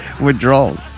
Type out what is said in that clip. withdrawals